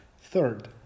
Third